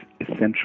essential